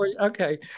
okay